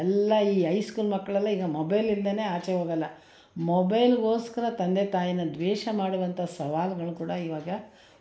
ಎಲ್ಲ ಈ high school ಮಕ್ಕಳೆಲ್ಲ ಈಗ ಮೊಬೈಲಿಂದಲೇ ಆಚೆ ಹೋಗೋಲ್ಲ ಮೊಬೈಲ್ಗೋಸ್ಕರ ತಂದೆ ತಾಯನ್ನ ದ್ವೇಷ ಮಾಡುವಂಥ ಸವಾಲುಗಳು ಕೂಡ ಈವಾಗ ಇದೆ